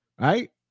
Right